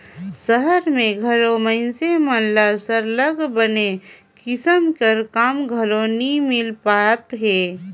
सहर में घलो मइनसे मन ल सरलग बने किसम के काम घलो नी मिल पाएत हे